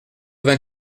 vingt